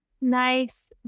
nice